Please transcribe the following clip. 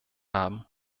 haben